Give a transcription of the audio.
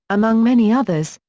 among many others,